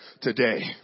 today